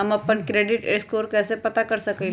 हम अपन credit score कैसे पता कर सकेली?